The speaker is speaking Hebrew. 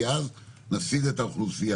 כי אז נפסיד את האוכלוסייה.